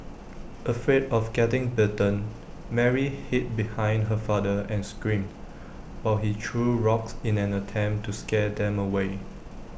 afraid of getting bitten Mary hid behind her father and screamed while he threw rocks in an attempt to scare them away